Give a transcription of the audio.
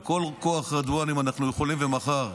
ואת כל כוח רדואן, אם אנחנו יכולים, ומחר.